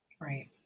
Right